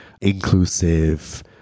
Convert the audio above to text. inclusive